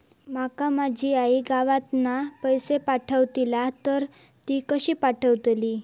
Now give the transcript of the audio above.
माका माझी आई गावातना पैसे पाठवतीला तर ती कशी पाठवतली?